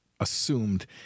assumed